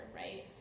right